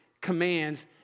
commands